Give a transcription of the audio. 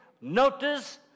notice